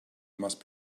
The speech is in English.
must